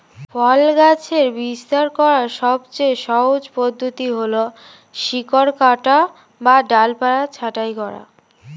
ফল গাছের বিস্তার করার সবচেয়ে সহজ পদ্ধতি হল শিকড় কাটা বা ডালপালা ছাঁটাই করা